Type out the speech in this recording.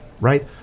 Right